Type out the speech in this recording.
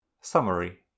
Summary